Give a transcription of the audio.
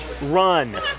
Run